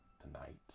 tonight